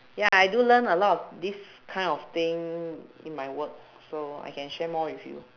ya I do learn a lot of this kind of thing in my work so I can share more with you